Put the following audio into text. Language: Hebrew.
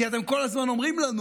אתם כל הזמן אומרים לנו